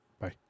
Bye